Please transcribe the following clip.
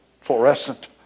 fluorescent